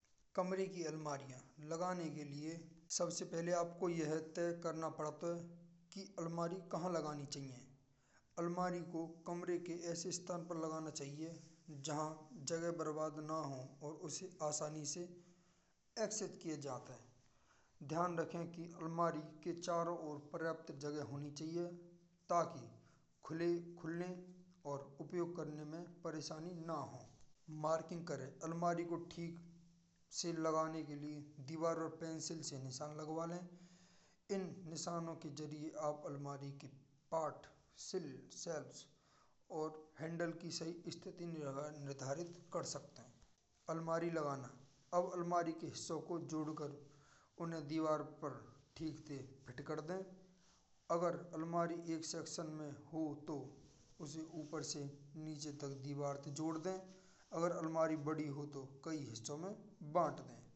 कमरे की अलमारी लगाने के लिए सबसे पहले आपको यह तय करना पड़ता है। कि अलमारी कहाँ लगानी चाहिए। अलमारी को कमरे के ऐसे स्थान पर लगाना चाहिए। जहाँ जगह बर्बाद ना हो। ताकि उसे आसानी से एक्सचेंज किया जा सके। ध्यान रखें अलमारी के चारों और पर्याप्त जगह होनी चाहिए। ताकि खुलने और उपयोग करने में कोई परेशानी ना हो। मार्क करें, अलमारी को ठीक से लगने के लिए दीवार पर पेंसिल से निशान लगवा लें। इन निशानों के जरिए अलमारी के पार्ट सेल, सेल्स और हैंडल की सही स्थिति निर्धारित कर सकते हैं। अलमारी लगाना: अब अलमारी के हिस्से को जोड़ कर उन्हें दीवार पर ठीक से फिट कर दें। अगर अलमारी एक सेक्शन में हो तो है। ऊपर से नीचे तक दीवार से जोड़ दें। और अलमारी बड़ी हो तो कई हिस्सों में बांट दें।